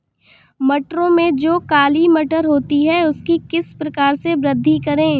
मटरों में जो काली मटर होती है उसकी किस प्रकार से वृद्धि करें?